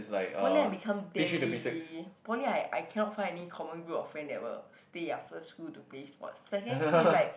poly I become damn lazy poly I I cannot find any common group of friend that will stay after school to play sports secondary school is like